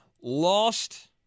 lost